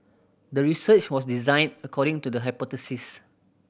the research was designed according to the hypothesis